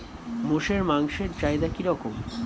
মোষের মাংসের চাহিদা কি রকম?